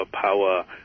power